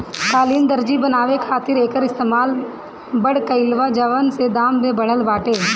कालीन, दर्री बनावे खातिर एकर इस्तेमाल बढ़ गइल बा, जवना से दाम भी बढ़ल बाटे